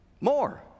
more